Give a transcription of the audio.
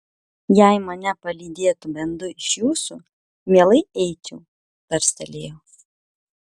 jei mane palydėtų bent du iš jūsų mielai eičiau tarstelėjo